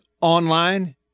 online